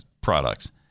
products